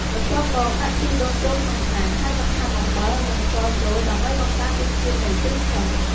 បន្ទាប់មក ដាក់ខ្ទិះដូងចូលក្នុងឆ្នាំង ហើយបន្ថែមអំបិល និងស្ករចូល ដើម្បីបង្កើតរសជាតិនៃចេកឆឹង។